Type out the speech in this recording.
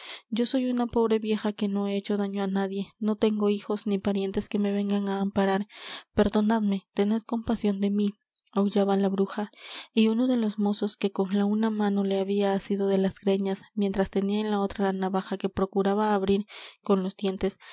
yo soy una pobre vieja que no he hecho daño á nadie no tengo hijos ni parientes que me vengan á amparar perdonadme tened compasión de mí aullaba la bruja y uno de los mozos que con la una mano la había asido de las greñas mientras tenía en la otra la navaja que procuraba abrir con los dientes